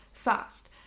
fast